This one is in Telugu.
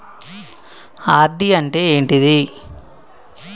ఆర్.డి అంటే ఏంటిది?